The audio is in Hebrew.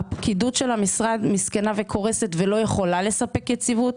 הפקידות של המשרד מסכנה וקורסת ולא יכולה לספק יציבות.